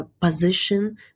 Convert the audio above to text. position